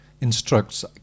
instructs